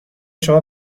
شما